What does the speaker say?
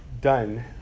done